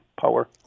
power